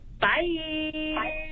Bye